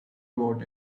about